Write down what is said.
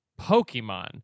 pokemon